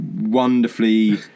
wonderfully